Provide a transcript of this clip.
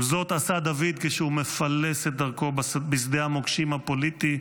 כל זאת עשה דוד כשהוא מפלס את דרכו בשדה המוקשים הפוליטי,